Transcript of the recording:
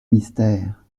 mystère